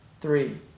three